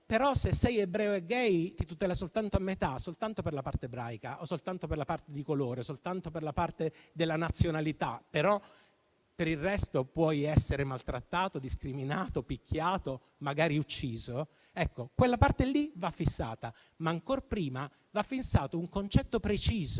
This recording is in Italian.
però se sei ebreo e *gay* ti tutela soltanto a metà, soltanto per la parte ebraica o soltanto per la parte di colore, soltanto per la parte della nazionalità, mentre per il resto puoi essere maltrattato, discriminato, picchiato e magari ucciso, quella parte lì va fissata. Ma ancor prima va stabilito un concetto preciso: